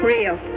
Real